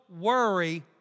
worry